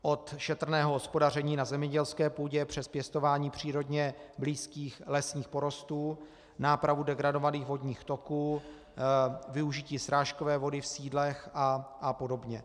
Od šetrného hospodaření na zemědělské půdě přes pěstování přírodně blízkých lesních porostů, nápravu degradovaných vodních toků, využití srážkové vody v sídlech a podobně.